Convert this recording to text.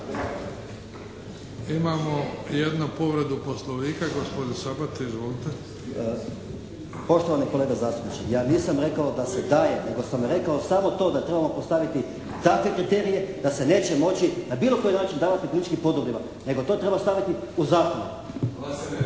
Imamo jednu povredu Poslovnika gospodin Sabati, izvolite. **Sabati, Zvonimir (HSS)** Poštovani kolega zastupniče ja nisam rekao da se daje nego sam rekao samo to da trebamo postaviti takve kriterije da se neće moći na bilo koji način davati politički podobnima. Nego to treba staviti u zakone.